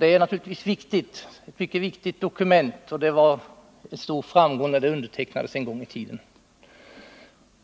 Det är naturligtvis ett mycket viktigt dokument, och det var en stor framgång när det en gång i tiden undertecknades.